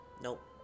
Nope